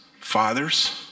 fathers